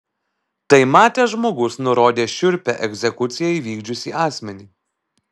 tai matęs žmogus nurodė šiurpią egzekuciją įvykdžiusį asmenį